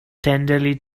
tenderly